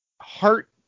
heart